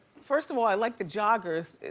first of all, i like the joggers.